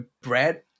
bread